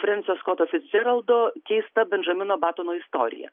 frenco skoto fidžeraldo keista bendžamino batono istorija